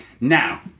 Now